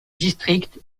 district